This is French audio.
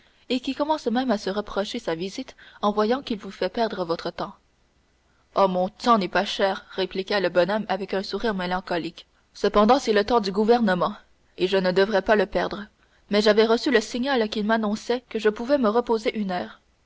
et qui commence même à se reprocher sa visite en voyant qu'il vous fait perdre votre temps oh mon temps n'est pas cher répliqua le bonhomme avec un sourire mélancolique cependant c'est le temps du gouvernement et je ne devrais pas le perdre mais j'avais reçu le signal qui m'annonçait que je pouvais me reposer une heure